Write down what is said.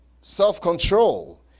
self-control